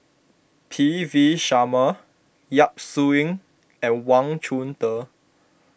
P V Sharma Yap Su Yin and Wang Chunde